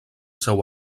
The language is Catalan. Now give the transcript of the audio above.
seu